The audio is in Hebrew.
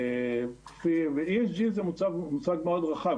שהוא מושג מאוד רחב,